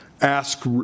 Ask